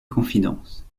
confidence